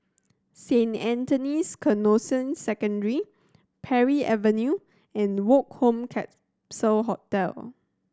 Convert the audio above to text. Saint Anthony's Canossian Secondary Parry Avenue and Woke Home Capsule Hotel